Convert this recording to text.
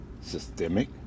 Systemic